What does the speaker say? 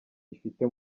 ifite